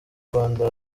rwanda